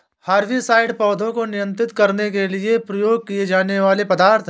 herbicides पौधों को नियंत्रित करने के लिए उपयोग किए जाने वाले पदार्थ हैं